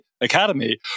academy